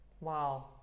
Wow